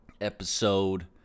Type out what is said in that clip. Episode